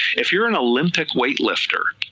if you're an olympic weightlifter,